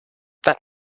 that